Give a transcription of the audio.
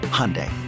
hyundai